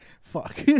Fuck